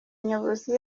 nyobozi